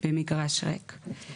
במגרש ריק.